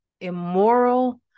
immoral